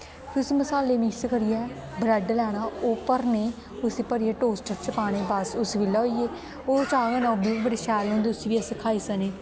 फिर उस्सी मसाले गी मिक्स करियै ब्रैड लैना ओह् भरने उस्सी भरियै टोस्टर च पाने बस उस बेल्लै होइयै ओह् चाह् कन्नै ओह् बी बड़े शैल होंदे उस्सी बी अस खाई सकने